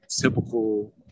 typical –